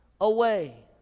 away